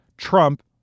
Trump